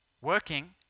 working